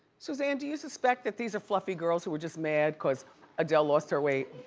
suzanne, do you suspect that these are fluffy girls who are just mad because adele lost her weight?